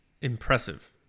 impressive